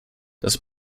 das